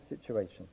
situation